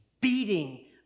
beating